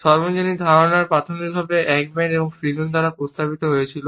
সর্বজনীনতার ধারণাগুলি প্রাথমিকভাবে একম্যান এবং ফ্রিজেন দ্বারা প্রস্তাবিত হয়েছিল